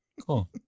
Cool